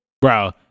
Bro